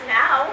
now